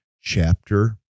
chapter